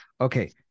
Okay